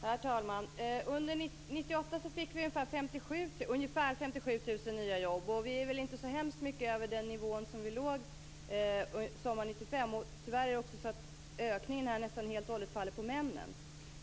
Herr talman! Under 1998 fick vi ungefär 57 000 nya jobb. Vi har väl inte kommit så hemskt mycket över den nivå som vi låg på sommaren 1995. Tyvärr är det också så att ökningen nästan helt och hållet faller på männen.